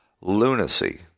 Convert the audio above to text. lunacy